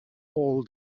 all